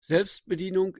selbstbedienung